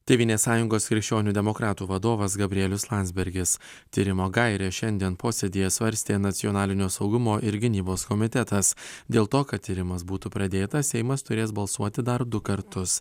tėvynės sąjungos krikščionių demokratų vadovas gabrielius landsbergis tyrimo gairę šiandien posėdyje svarstė nacionalinio saugumo ir gynybos komitetas dėl to kad tyrimas būtų pradėtas seimas turės balsuoti dar du kartus